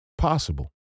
Possible